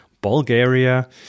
Bulgaria